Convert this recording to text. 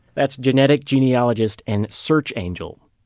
that's genetic genealogist and search angel.